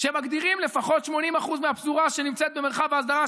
שמגדירים לפחות 80% מהפזורה שנמצאת במרחב ההסדרה,